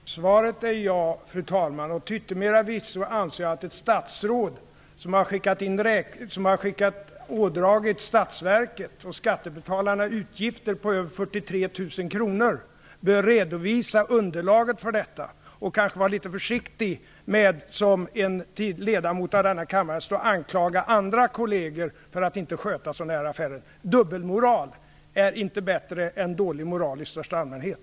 Fru talman! Svaret är ja. Till yttermera visso anser jag att ett statsråd som har ådragit statsverket och skattebetalarna utgifter på över 43 000 kr bör redovisa underlaget för detta, och kanske vara litet försiktig med att, som ledamot av denna kammare, anklaga andra kolleger för att inte sköta sådana affärer. Dubbelmoral är inte bättre än dålig moral i största allmänhet.